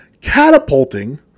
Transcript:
catapulting